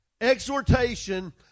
exhortation